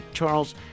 Charles